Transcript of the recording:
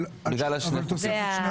אבל תוספת שני החוקים.